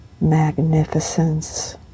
magnificence